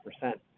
percent